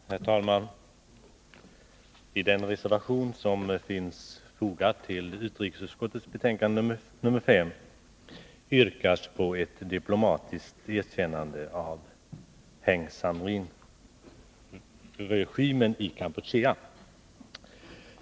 Herr talman! I den reservation som finns fogad vid utrikesutskottets betänkande nr 5 yrkas på ett diplomatiskt erkännande av Heng Samrinregimen i Kampuchea.